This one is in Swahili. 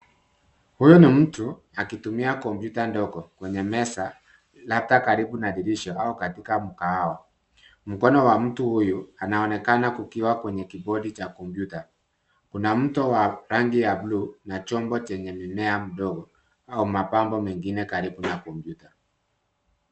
Huyu ni mtu akitumia kompyuta ndogo kwenye meza labda katika dirisha katika mkahawa. Mkono wa mtu huyu anaonekana ukuta wa kwenye kibodi cha kompyuta. Kuna mto wa rangi ya bluu na chombo chenye mmea mdogo au mapambo mengine karibu na kompyuta.